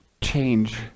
change